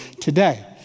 today